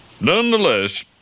Nonetheless